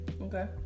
okay